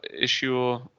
issue